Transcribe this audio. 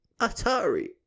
atari